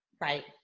Right